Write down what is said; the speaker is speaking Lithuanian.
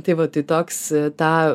tai va tai toks tą